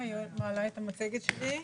בבקשה.